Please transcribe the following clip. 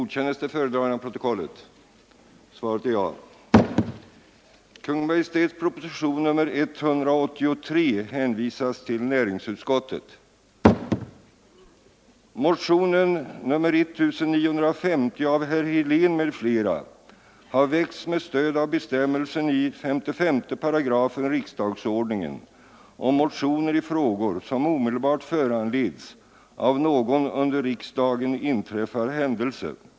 delbart föranleds av någon under riksdagen inträffad händelse.